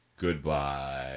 Goodbye